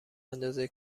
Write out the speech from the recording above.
اندازه